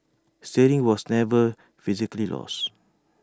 steering was never physically lost